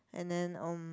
and then um